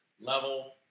level